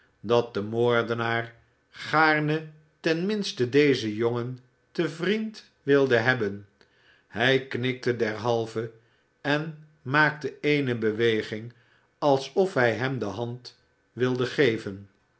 dat de moordenaar gaarne ten minste dezen jongen te vriend wilde hebben hij knikte derhalve en maakte eene beweging alsof hij hem de hand wilde geven